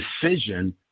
decision